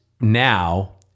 now